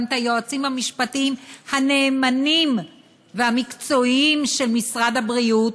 גם את היועצים המשפטיים הנאמנים והמקצועיים של משרד הבריאות.